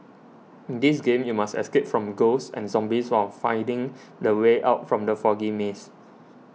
in this game you must escape from ghosts and zombies while finding the way out from the foggy maze